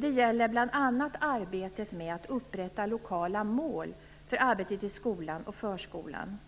Det gäller bl.a. arbetet med att upprätta lokala mål för arbetet i skolan och förskolan.